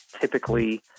typically